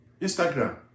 Instagram